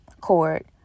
court